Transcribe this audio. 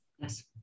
Yes